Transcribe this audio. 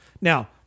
Now